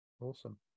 Awesome